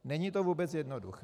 Není to vůbec jednoduché.